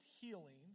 healing